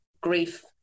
grief